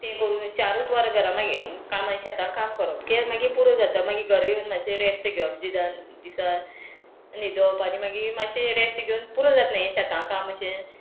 तें करून चारूत वरां घरां मागीर कामां शेतान काम करप कित्याक मागीर पुरो जाता मागीर घरा येवन मातशें रेस्ट घेवप जिदान दिसा न्हिदप आनी मागीर मातशें रेस्ट घेवन पुरो जाता हें शेतां काम मातशें